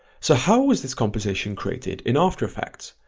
so how was this composition created in after effects?